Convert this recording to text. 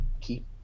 keep